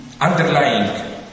underlying